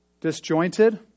Disjointed